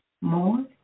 more